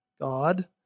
God